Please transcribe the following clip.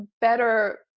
better